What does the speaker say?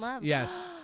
Yes